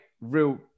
Real